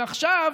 ועכשיו